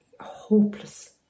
hopeless